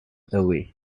away